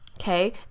okay